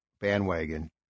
bandwagon